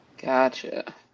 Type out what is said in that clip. Gotcha